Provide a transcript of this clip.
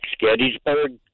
Gettysburg